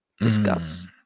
discuss